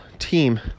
team